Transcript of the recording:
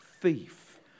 thief